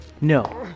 No